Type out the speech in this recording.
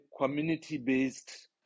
community-based